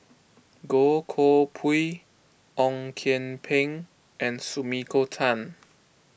Goh Koh Pui Ong Kian Peng and Sumiko Tan